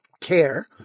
care